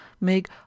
make